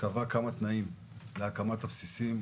קבע כמה תנאים להקמת הבסיסים,